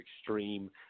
extreme